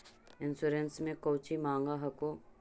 Insurance मे कौची माँग हको?